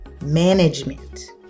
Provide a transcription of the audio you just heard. management